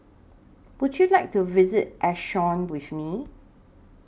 Would YOU like to visit Asuncion with Me